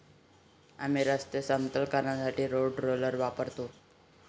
आम्ही रस्ते समतल करण्यासाठी रोड रोलर वापरतो